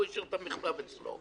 והוא השאיר את המכתב אצלו.